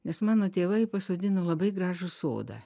nes mano tėvai pasodino labai gražų sodą